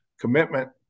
commitment